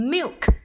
Milk